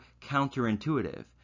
counterintuitive